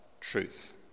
truth